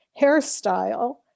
hairstyle